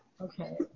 Okay